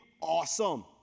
awesome